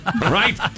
right